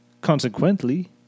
Consequently